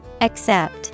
Accept